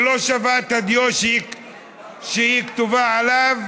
שהיא לא שווה את הדיו שהיא כתובה בו: